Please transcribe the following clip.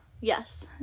Yes